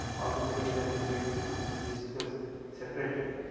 all those things that will be discussed separately,